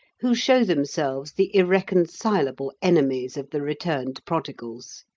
who show themselves the irreconcilable enemies of the returned prodigals.